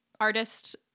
artist